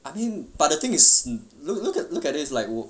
I mean but the thing is look at look at this like 我